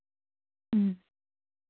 ᱦᱮᱸ